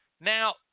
Now